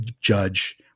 judge